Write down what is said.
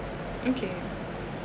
okay